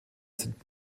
sind